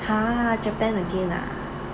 !huh! japan again ah